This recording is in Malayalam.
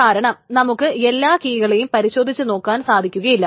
കാരണം നമുക്ക് എല്ലാ കീകളെയും പരിശോധിച്ചു നോക്കുവാൻ സാധിക്കുകയില്ല